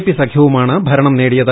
P സഖ്യവുമാണ് ഭരണം നേടിയത്